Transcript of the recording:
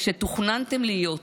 שתוכננתם להיות.